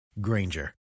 Granger